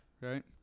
right